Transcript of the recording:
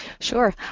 Sure